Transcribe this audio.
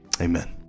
amen